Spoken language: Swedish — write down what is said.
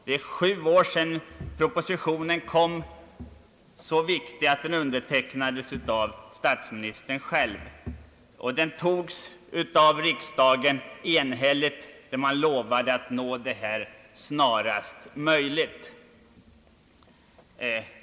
Det är nu sju år sedan propositionen framlades, så viktig att den undertecknades av statsministern själv. Den antogs enhälligt av riksdagen, och man lovade att försöka nå det uppsatta målet snarast möjligt.